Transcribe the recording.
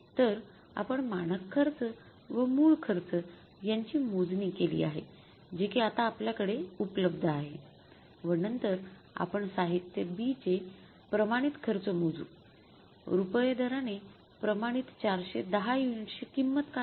तर आपण मानक खर्च व मूळ खर्च यांची मोजणी केली आहे जे कि आता आपल्याकडे उपलब्ध आहे व नंतर आपण साहित्य B चे प्रमाणित खर्च मोजू रुपये दराने प्रमाणित ४१० युनिट्सची किंमत काय आहे